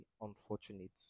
unfortunate